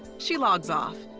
she logs off,